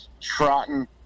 trotting